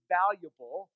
valuable